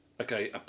Okay